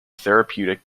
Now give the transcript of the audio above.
therapeutic